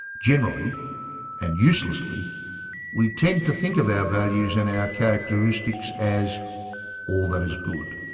generally and uselessly we tend to think of our values and our characteristics as all that is good.